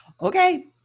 okay